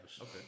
Okay